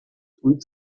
früh